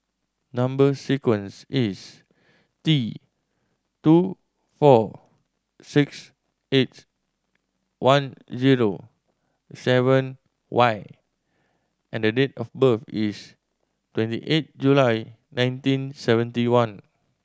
number sequence is T two four six eight one zero seven Y and the date of birth is twenty eight July nineteen seventy one